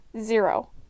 zero